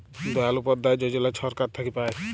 দয়াল উপাধ্যায় যজলা ছরকার থ্যাইকে পায়